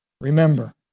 Remember